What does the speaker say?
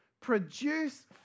Produce